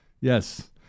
Yes